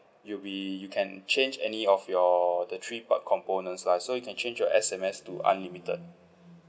you'll be you can change any of your the three part components lah so you can change your S_M_S to unlimited